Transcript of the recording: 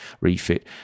refit